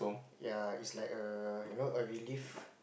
ya it's like err you know a relief